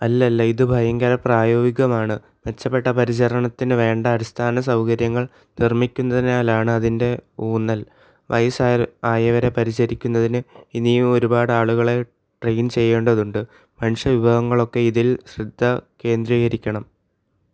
അല്ലല്ല ഇത് ഭയങ്കര പ്രായോഗികമാണ് മെച്ചപ്പെട്ട പരിചരണത്തിന് വേണ്ട അടിസ്ഥാന സൗകര്യങ്ങൾ നിർമ്മിക്കുന്നതിലാണ് അതിൻ്റെ ഊന്നൽ വയസ്സ് ആയവരെ പരിചരിക്കുന്നതിന് ഇനിയും ഒരുപാട് ആളുകളെ ട്രെയിൻ ചെയ്യേണ്ടതുണ്ട് മനുഷ്യ വിഭവങ്ങളൊക്കെ ഇതിൽ ശ്രദ്ധ കേന്ദ്രീകരിക്കണം